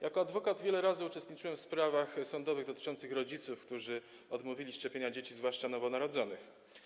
Jako adwokat wiele razy uczestniczyłem w sprawach sądowych dotyczących rodziców, którzy odmówili szczepienia dzieci, zwłaszcza nowo narodzonych.